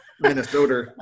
Minnesota